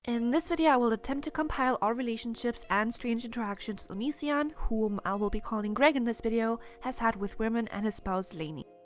in this video i will attempt to compile all relationships and strange interactions onision, whom i will be calling greg in this video, has had with women and his spouse lainey.